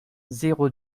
zéro